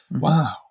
wow